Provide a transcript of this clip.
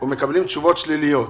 אנחנו מקבלים תשובות שליליות.